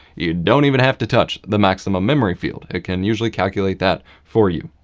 you don't even have to touch the maximum memory field, it can usually calculate that for you.